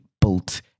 built